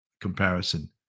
comparison